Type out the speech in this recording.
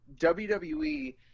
WWE